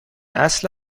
اصل